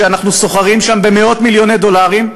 כשאנחנו סוחרים שם במאות-מיליוני דולרים,